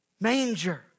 manger